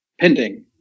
pending